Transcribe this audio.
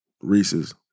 Reese's